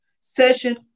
Session